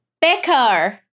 Becker